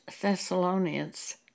Thessalonians